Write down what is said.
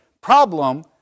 problem